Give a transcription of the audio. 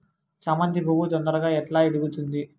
చామంతి పువ్వు తొందరగా ఎట్లా ఇడుగుతుంది?